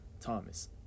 Thomas